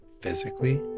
physically